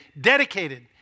dedicated